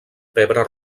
pebre